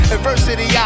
Adversity